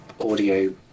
audio